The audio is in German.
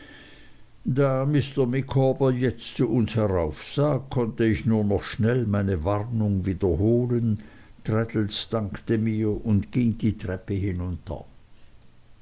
da mr micawber jetzt zu uns heraufsah konnte ich nur noch schnell meine warnung wiederholen traddles dankte mir und ging die treppe hinunter